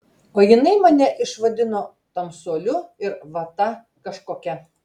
o jinai mane išvadino tamsuoliu ir vata kažkokia